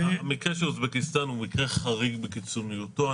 המקרה של אוזבקיסטן הוא חריג בקיצוניותו.